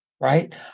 Right